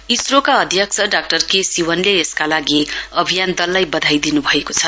इस्रो का अध्यक्ष डा के सिवनले यसका लागि अभियान दललाई बधाई दिनुभएकोछ